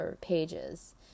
pages